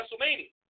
WrestleMania